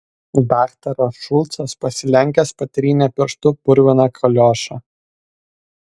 daktaras šulcas pasilenkęs patrynė pirštu purviną kaliošą